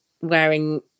wearing